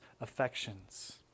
affections